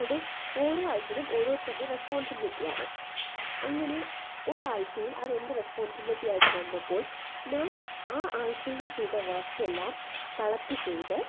അത് ഓരോ ആഴ്ചയിലും ഓരോരുത്തരുടെ റെസ്പോൺസിബിലിറ്റിയാണ് അങ്ങനെ ഒരാഴ്ചയിൽ അത് എൻ്റെ റെസ്പോൺസിബിലിറ്റി ആയിട്ട് വന്നപ്പോൾ ഞാൻ ആ ആഴ്ചയിൽ ചെയ്ത വർക്കെല്ലാം കളക്ട് ചെയ്ത്